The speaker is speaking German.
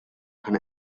kann